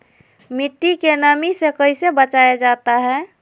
मट्टी के नमी से कैसे बचाया जाता हैं?